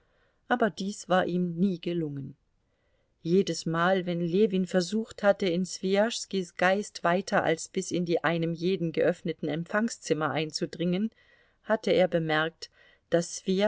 aber dies war ihm nie gelungen jedesmal wenn ljewin versucht hatte in swijaschskis geist weiter als bis in die einem jeden geöffneten empfangszimmer einzudringen hatte er bemerkt daß